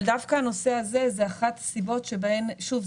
אבל דווקא הנושא הזה זו אחת הסיבות שוב,